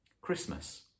Christmas